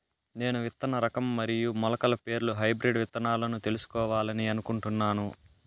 నేను విత్తన రకం మరియు మొలకల పేర్లు హైబ్రిడ్ విత్తనాలను తెలుసుకోవాలని అనుకుంటున్నాను?